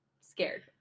scared